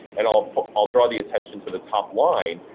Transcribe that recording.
and i'll i'll draw the attention to the top line.